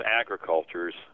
Agriculture's